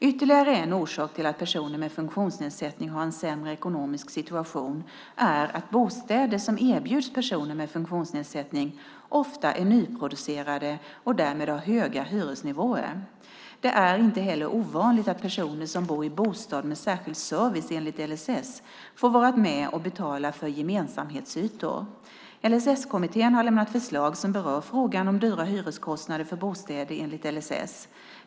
Ytterligare en orsak till att personer med funktionsnedsättning har en sämre ekonomisk situation är att bostäder som erbjuds personer med funktionsnedsättning ofta är nyproducerade och därmed har höga hyresnivåer. Det är inte heller ovanligt att personer som bor i bostad med särskild service enligt LSS får vara med och betala för gemensamhetsytor. LSS-kommittén har lämnat förslag som berör frågan om dyra hyreskostnader för bostäder enligt LSS.